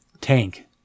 tank